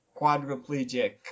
quadriplegic